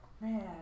man